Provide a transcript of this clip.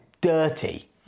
Dirty